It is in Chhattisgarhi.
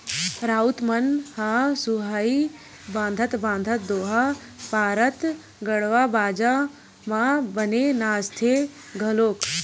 राउत मन ह सुहाई बंधात बंधात दोहा पारत गड़वा बाजा म बने नाचथे घलोक